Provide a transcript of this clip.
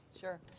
Sure